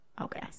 Okay